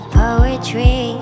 poetry